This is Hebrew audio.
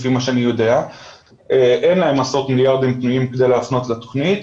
לפי מה שאני יודע אין להם עשרות מיליארדים פנויים כדי להפנות לתוכנית.